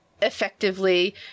effectively